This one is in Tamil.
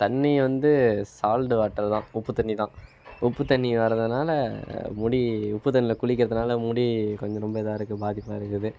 தண்ணியை வந்து சால்டு வாட்டர் தான் உப்பு தண்ணி தான் உப்பு தண்ணி வரதுனால் முடி உப்பு தண்ணியில் குளிக்கிறதுனால் முடி கொஞ்சம் ரொம்ப இதாக இருக்குது பாதிப்பாக இருக்குது